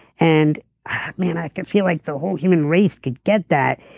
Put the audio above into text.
and man i can feel like the whole human race could get that,